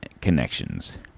connections